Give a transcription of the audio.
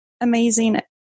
amazing